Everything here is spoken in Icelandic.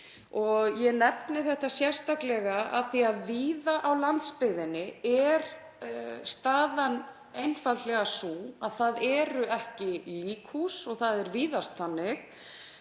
Ég nefni þetta sérstaklega af því að víða á landsbyggðinni er staðan einfaldlega sú að það eru ekki til líkhús og það er víðast þannig.